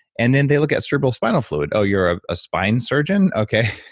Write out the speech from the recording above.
and then they look at cerebral spinal fluid. oh, you're a ah spine surgeon? okay.